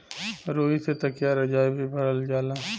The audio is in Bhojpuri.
रुई से तकिया रजाई भी भरल जाला